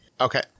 Okay